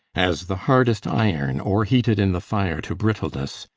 as the hardest iron, o'er-heated in the fire to brittleness,